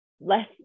less